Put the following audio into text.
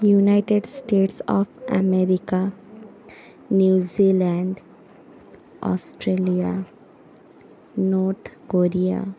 United States of America New Zealand Australia North Korea